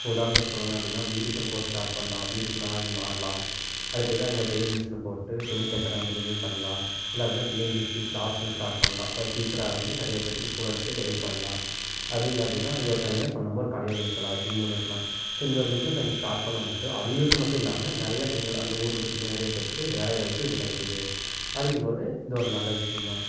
இப்போ உதாரணத்துக்கு சொல்லணும் அப்படின்னா பியூட்டிஷியன் கோர்ஸ் ஸ்டார்ட் பண்ணலாம் பியூட்டிஷியனாக நீங்கள் மாறலாம் அடுத்ததாக நீங்கள் ஒரு தையல் மிஷின் போட்டு துணி தைக்கிற அந்தமாரியும் பண்ணலாம் இல்லை அப்படின்னா டிஎன்பிஎஸ்சி கிளாஸ் ஒன்று ஸ்டார்ட் பண்ணலாம் இப்போ ஒரு டீச்சராக வந்து நிறைய பேத்துக்கு ஸ்டூடெண்ட்க்கு கைட் பண்ணலாம் அது இல்லை அப்படின்னா நீங்கள் ஒரு தனியாக சொந்தமாக ஒரு கடையை ஒன்று வைக்கலாம் ஜிம் ஒன்று வைக்கலாம் ஸோ இந்த ஒரு பிஸ்னஸை நீங்கள் ஸ்டார்ட் பண்ணும் போது அவங்களுக்கு மட்டும் இல்லாமல் நிறையா பெண்கள் அந்த ஊரில் இருக்கறவங்க நிறையா பேற்றுக்கு வேலைவாய்ப்பு இதில் கிடைக்குது அப்படிங்கும் போது இது ஒரு நல்ல விஷயந்தான்